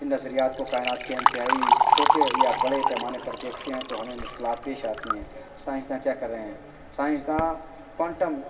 ان نظریات کو کائنات کے انتہائی چھوٹے یا بڑے پیمانے پر دیکھتے ہیں تو ہمیں مشکلات پیش آتی ہیں سائنسداں کیا کر رہے ہیں سائنسداں کوانٹم